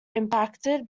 impacted